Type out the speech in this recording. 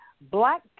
Black